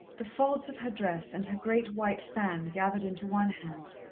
the folds of her dress and her great white fan gathered into one hand,